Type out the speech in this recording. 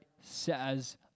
says